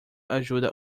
ajuda